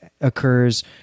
occurs